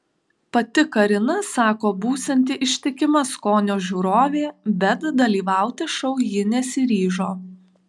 pati karina sako būsianti ištikima skonio žiūrovė bet dalyvauti šou ji nesiryžo